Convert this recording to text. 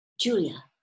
Julia